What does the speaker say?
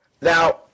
Now